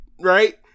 right